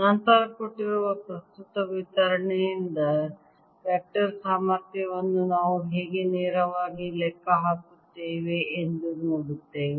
ನಂತರ ಕೊಟ್ಟಿರುವ ಪ್ರಸ್ತುತ ವಿತರಣೆಯಿಂದ ವೆಕ್ಟರ್ ಸಾಮರ್ಥ್ಯವನ್ನು ನಾವು ಹೇಗೆ ನೇರವಾಗಿ ಲೆಕ್ಕ ಹಾಕುತ್ತೇವೆ ಎಂದು ನೋಡುತ್ತೇವೆ